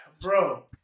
bro